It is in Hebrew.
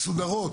מסודרות,